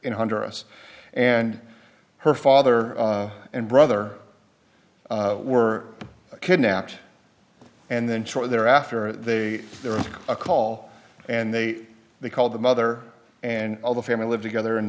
honduras and her father and brother were kidnapped and then shortly thereafter they there is a call and they they called the mother and all the family live together and